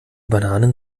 bananen